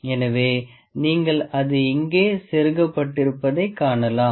எனவே நீங்கள் அது இங்கே செருகப்பட்டிருப்பதை காணலாம்